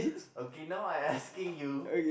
okay now I asking you